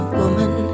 woman